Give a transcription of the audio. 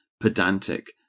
pedantic